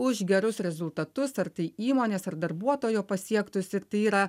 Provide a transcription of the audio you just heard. už gerus rezultatus ar tai įmonės ar darbuotojo pasiektus ir tai yra